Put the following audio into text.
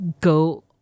go